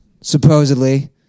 supposedly